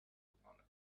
upon